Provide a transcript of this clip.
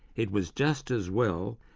it was just as well,